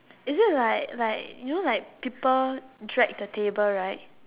is it like like you know like people drag the table right